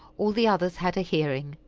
all the others had a hearing,